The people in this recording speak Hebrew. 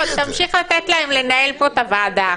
לא, תמשיך לתת להם לנהל פה את הוועדה.